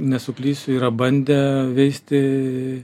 nesuklysiu yra bandę veisti